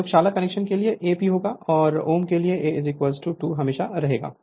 प्रयोगशाला कनेक्शन के लिए A P होगा और om के लिए A 2 हमेशा रहेगा